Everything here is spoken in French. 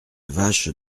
vache